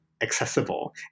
accessible